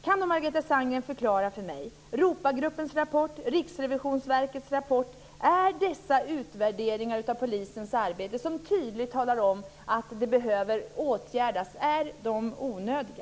Kan Margareta Sandgren förklara för mig om Europagruppens rapport och Riksrevisionsverkets rapport, utvärderingar av polisens arbete som tydligt talar om att åtgärder behövs, är onödiga?